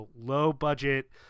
low-budget